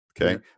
okay